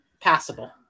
Passable